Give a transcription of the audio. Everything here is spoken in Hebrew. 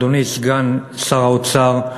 אדוני סגן שר האוצר,